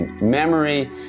memory